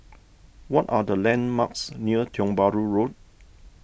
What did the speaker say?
what are the landmarks near Tiong Bahru Road